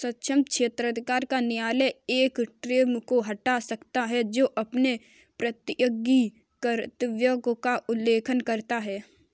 सक्षम क्षेत्राधिकार का न्यायालय एक ट्रस्टी को हटा सकता है जो अपने प्रत्ययी कर्तव्य का उल्लंघन करता है